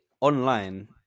online